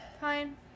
Fine